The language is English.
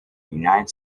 united